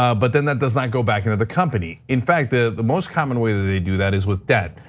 um but then that does not go back into the company. in fact the the most common way that they do that is with debt.